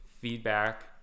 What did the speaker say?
feedback